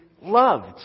loved